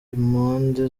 impande